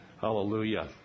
Hallelujah